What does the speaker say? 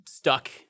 Stuck